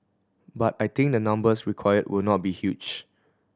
but I think the numbers required will not be huge